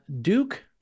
Duke